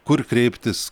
kur kreiptis